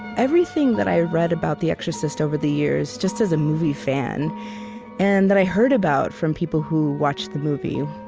everything that i read about the exorcist over the years, just as a movie fan and that i heard about from people who watched the movie,